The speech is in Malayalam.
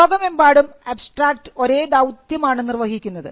ലോകമെമ്പാടും അബ്സ്ട്രാക്റ്റ് ഒരേ ദൌത്യം ആണ് നിർവഹിക്കുന്നത്